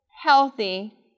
healthy